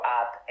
up